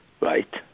right